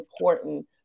important